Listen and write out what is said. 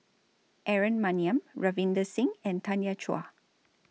Aaron Maniam Ravinder Singh and Tanya Chua